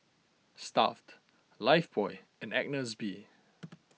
Stuff'd Lifebuoy and Agnes B